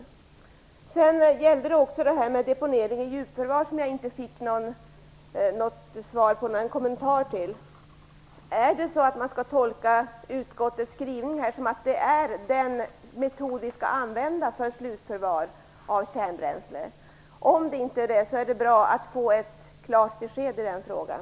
Jag fick inte heller någon kommentar avseende deponering i djupförvar. Skall man tolka utskottets skrivning som ett ställningstagande för att det är den metoden vi skall använda för slutförvar av kärnbränsle? Om det inte är det vore det bra att få ett klart besked i den frågan.